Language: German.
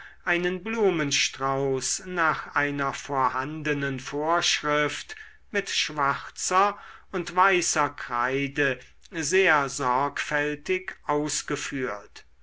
einen blumenstrauß nach einer vorhandenen vorschrift mit schwarzer und weißer kreide sehr sorgfältig ausgeführt